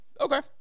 Okay